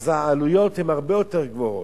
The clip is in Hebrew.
העלויות הן הרבה יותר גבוהות,